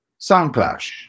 Soundclash